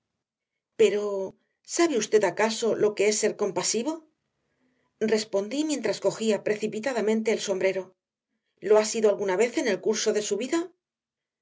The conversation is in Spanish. pero sabe usted acaso lo que es ser compasivo respondí mientras cogía precipitadamente el sombrero lo ha sido alguna vez en el curso de su vida